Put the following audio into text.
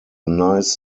nice